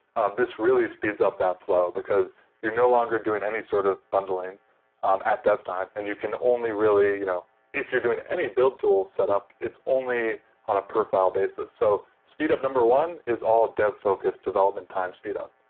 this really speeds up the flow, because you're no longer doing any sort of bundling um at dev time and you can only really you know if you're doing any build tool setup, it's only on a per file basis. so speed up number one is all dev-focused, development time speed up.